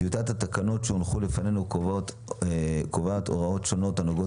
טיוטת התקנות שהונחה בפנינו קובעת הוראות שונות הנוגעות